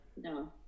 No